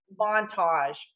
montage